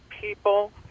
people